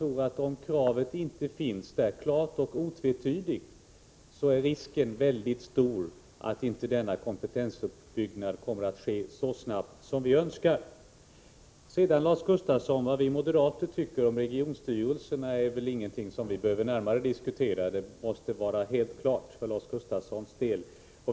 Om kravet inte finns där klart och otvetydigt, är risken stor att denna kompetensuppbyggnad inte kommer att ske så snabbt som vi önskar. Vad vi moderater tycker om regionstyrelserna är väl ingenting som vi närmare behöver diskutera. Det måste vara helt klart för Lars Gustafssons del.